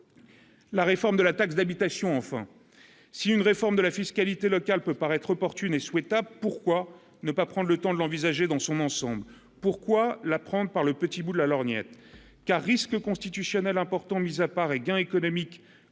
La réforme de la taxe d'habitation, enfin si une réforme de la fiscalité locale peut paraître opportune et souhaitable, pourquoi ne pas prendre le temps de l'envisager dans son ensemble, pourquoi la prendre par le petit bout de la lorgnette car risques constitutionnels importants mis à Paris gains économiques